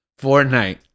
Fortnite